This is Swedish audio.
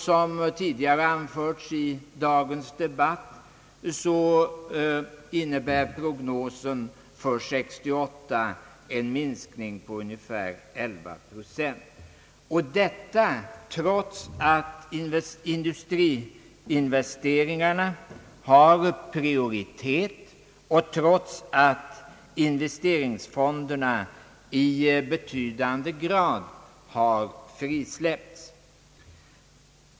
Som anförts tidigare i dag innebär prognosen för 1968 en minskning på ungefär 11 procent; detta trots att industriinvesteringarna har prioritet och trots att investeringsfonderna i betydande grad frisläppts.